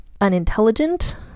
unintelligent